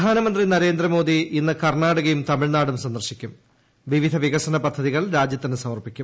പ്രധാനമന്ത്രി നരേന്ദ്രമോദി ഇന്ന് കർണ്ണാടകയും തമിഴ്നാടും സന്ദർശിക്കും വിവിധ വികസന പദ്ധതികൾ രാജ്യത്തിന് സമർപ്പിക്കും